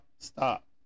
Stop